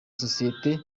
sosiyete